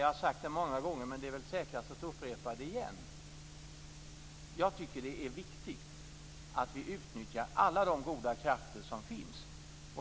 Jag har sagt det många gånger, men det är väl säkrast att upprepa det igen: Jag tycker att det är viktigt att vi utnyttjar alla de goda krafter som finns.